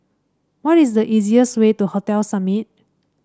what is the easiest way to Hotel Summit